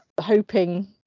hoping